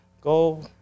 go